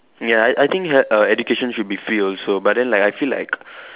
ya I I think err education should be free also but then like I feel like